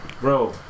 Bro